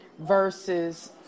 versus